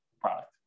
product